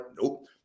nope